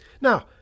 Now